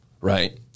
right